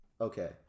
Okay